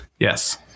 Yes